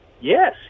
Yes